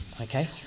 Okay